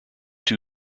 two